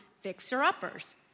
fixer-uppers